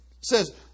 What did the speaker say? says